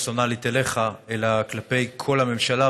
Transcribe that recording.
פרסונלית אליך אלא כלפי כל הממשלה,